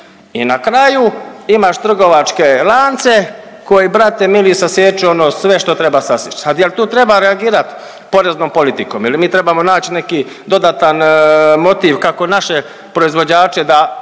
i na kraju, imaš trgovačke lance koji, brate mili, sasjeću ono sve što treba sasjeći. A je l' tu treba reagirat poreznom politikom? Je li mi trebamo naći neki dodatan motiv kako naše proizvođače da